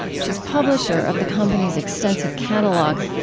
she's publisher of the company's extensive catalog.